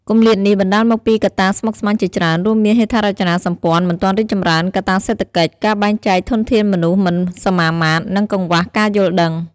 គម្លាតនេះបណ្តាលមកពីកត្តាស្មុគស្មាញជាច្រើន រួមមានហេដ្ឋារចនាសម្ព័ន្ធមិនទាន់រីកចម្រើន កត្តាសេដ្ឋកិច្ច ការបែងចែកធនធានមនុស្សមិនសមាមាត្រ និងកង្វះការយល់ដឹង។